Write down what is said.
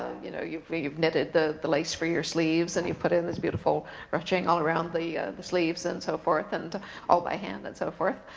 you know you've you've knitted the the lace for your sleeves and you've put in this beautiful ruching all around the the sleeves and so forth, and all by hand and so forth.